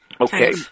Okay